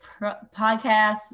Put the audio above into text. podcast